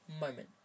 moment